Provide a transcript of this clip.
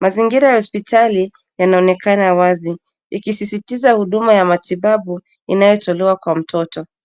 Mazingira ya hospitali yanaonekana wazi ikisisitiza huduma ya matibabu inayotolewa kwa mtoto.